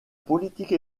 politique